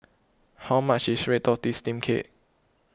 how much is Red Tortoise Steamed Cake